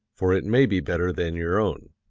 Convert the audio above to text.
for it may be better than your own.